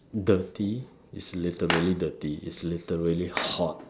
dirty it's literally dirty it's literally hot